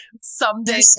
someday